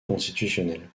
constitutionnelle